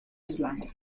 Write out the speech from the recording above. island